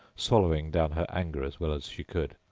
swallowing down her anger as well as she could.